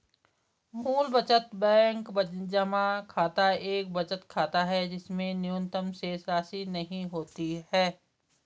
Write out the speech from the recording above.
मूल बचत बैंक जमा खाता एक बचत खाता है जिसमें न्यूनतम शेषराशि नहीं होती है